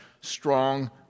strong